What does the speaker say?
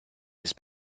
his